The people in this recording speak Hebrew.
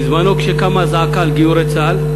בזמנו כשקמה זעקה על גיורי צה"ל,